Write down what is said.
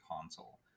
console